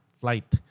flight